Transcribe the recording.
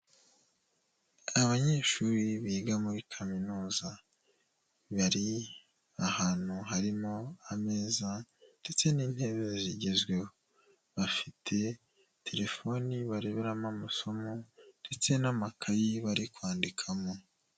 Abanyeshuri biga muri kaminuza, bari ahantu harimo ameza ndetse n'intebe zigezweho, bafite telefoni bareberamo amasomo ndetse n'amakayi bari kwandikamo.